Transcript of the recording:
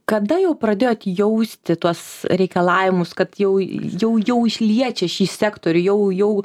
kada jau pradėjot jausti tuos reikalavimus kad jau jau jau iš liečia šį sektorių jau jau